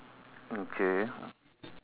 okay